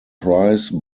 prize